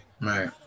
Right